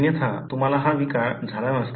अन्यथा तुम्हाला हा विकार झाला नसता